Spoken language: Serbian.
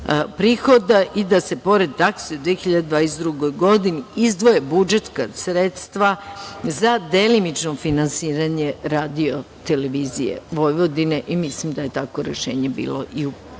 prihoda i da se pored takse u 2022. godini izdvoje budžetska sredstva za delimično finansiranje Radio Televizije Vojvodine. Mislim da je takvo rešenje bilo i u